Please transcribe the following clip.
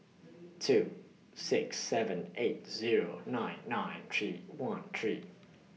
two six seven eight Zero nine nine three one three